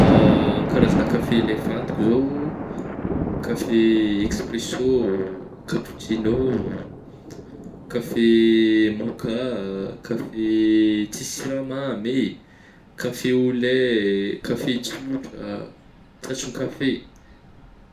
Karazagna kafe le fantako zao, kafe ekspresô, kapotsino ô, kafe moka ah, kafe tsisy siramamy eh, kafe au lait, kafe tsotra, tsatso-kafe.